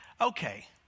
Okay